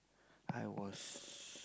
I was